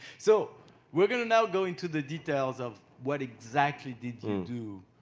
so we are going to now go into the details of what exactly did you do